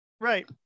right